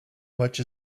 much